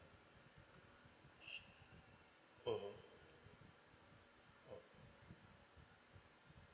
mmhmm hmm